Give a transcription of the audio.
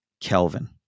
Kelvin